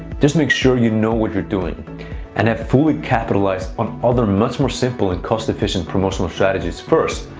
just make sure you know what you're doing and have fully capitalized on other much more simple and cost-efficient promotional strategies first,